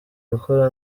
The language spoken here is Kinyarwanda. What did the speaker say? gukora